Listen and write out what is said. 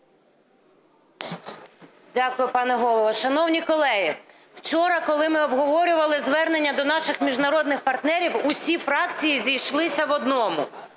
Дякую, пане голово. Шановні колеги, вчора, коли ми обговорювали звернення до наших міжнародних партнерів. Усі фракції зійшлися в одному,